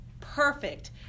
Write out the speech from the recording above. perfect